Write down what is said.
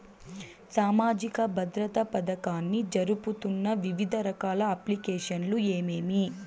సామాజిక భద్రత పథకాన్ని జరుపుతున్న వివిధ రకాల అప్లికేషన్లు ఏమేమి?